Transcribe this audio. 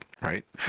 right